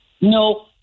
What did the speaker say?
No